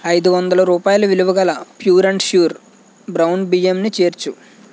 ఐదు వందల రూపాయల విలువగల ప్యూర్ అండ్ ష్యూర్ బ్రౌన్ బియ్యంని చేర్చు